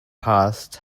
past